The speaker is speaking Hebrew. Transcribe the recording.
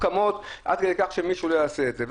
מתוחכמות עד כדי כך שמישהו לא ינסה את זה.